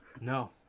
No